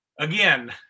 again